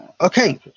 okay